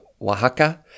Oaxaca